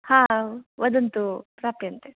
हा वदन्तु प्राप्यन्ते